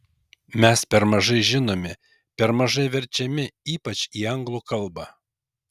mes per mažai žinomi per mažai verčiami ypač į anglų kalbą